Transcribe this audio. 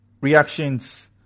reactions